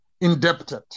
indebted